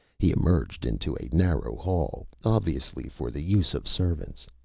he emerged into a narrow hall, obviously for the use of servants.